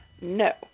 no